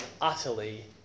utterly